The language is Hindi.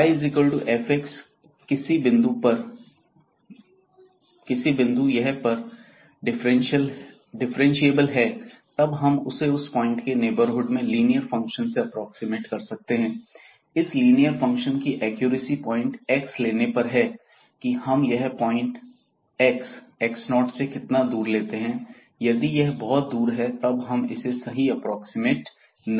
yfx किसी बिंदु यह पर डिफ्रेंशिएबल है तब हम उसे पॉइंट के नेबरहुड मे लीनियर फंक्शन से एप्रोक्सीमेट कर सकते हैं इस लीनियर फंक्शन की एक्यूरेसी पॉइंट x लेने पर है कि हम यह पॉइंट x x0 से कितना दूर लेते हैं यदि यह बहुत दूर है तब हम सही एप्रोक्सीमेट नहीं कर सकते